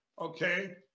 okay